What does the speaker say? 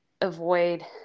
avoid